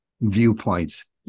viewpoints